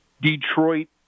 Detroit